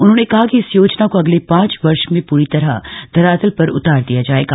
उन्होंने कहा कि इस योजना को अगले पांच वर्ष में पूरी तरह धरातल पर उतार दिया जाएगा